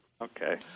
Okay